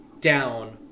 down